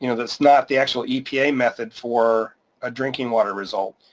you know that's not the actual epa method for a drinking water result.